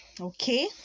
okay